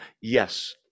yes